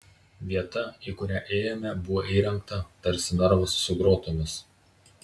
vieta į kurią ėjome buvo įrengta tarsi narvas su grotomis